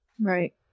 Right